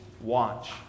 watch